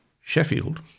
Sheffield